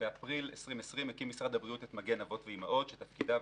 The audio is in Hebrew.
באפריל 2020 הקים משרד הבריאות את "מגן אבות ואימהות" שתפקידיו,